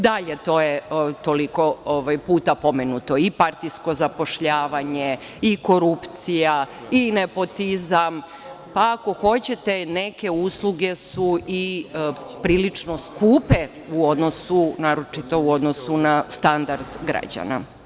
Dalje, to je toliko puta pomenuto i partijsko zapošljavanje, i korupcija, i nepotizam, pa ako hoćete neke usluge su i prilično skupe u odnosu, naročito u odnosu na standard građana.